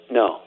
no